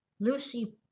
lucy